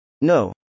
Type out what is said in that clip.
No